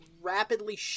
rapidly